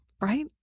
right